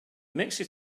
mixture